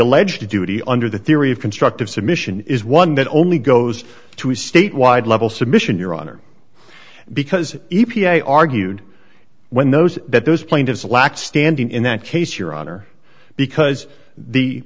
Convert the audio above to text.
alleged duty under the theory of constructive submission is one that only goes to a statewide level submission your honor because e p a argued when those that those plaintiffs lack standing in that case your honor because the